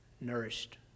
nourished